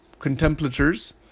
contemplators